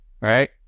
right